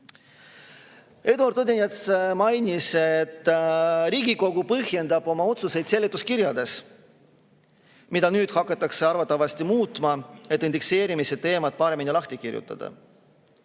Eduard Odinets mainis, et Riigikogu põhjendab oma otsuseid seletuskirjades, mida nüüd hakatakse arvatavasti muutma, et indekseerimise teema paremini lahti kirjutada.